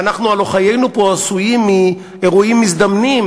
והלוא חיינו פה עשויים מאירועים מזדמנים,